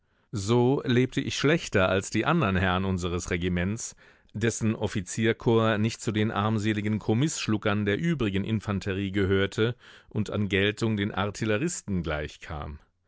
so lebte ich schlechter als die andern herren unseres regiments dessen offizierkorps nicht zu den armseligen kommisschluckern der übrigen infanterie gehörte und an geltung den artilleristen gleichkam